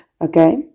Okay